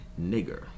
nigger